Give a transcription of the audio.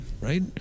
right